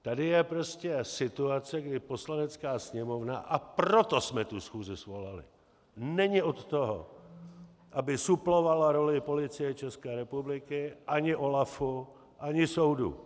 Tady je prostě situace, kdy Poslanecká sněmovna, a proto jsme tu schůzi svolali, není od toho, aby suplovala roli Policie České republiky ani OLAFu ani soudu.